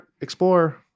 explorer